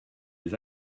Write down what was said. les